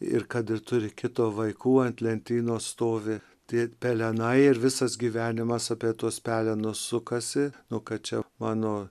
ir kad turi kitų vaikų ant lentynos stovi tie pelenai ir visas gyvenimas apie tuos pelenus sukasi o kad čia mano